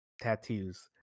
tattoos